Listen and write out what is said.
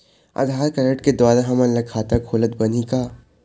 आधार card के द्वारा हमन ला खाता खोलत बनही का?